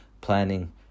planning